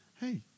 hey